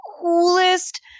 coolest